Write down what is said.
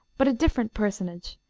but a different personage,